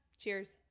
Cheers